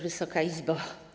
Wysoka Izbo!